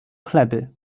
chleby